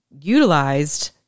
utilized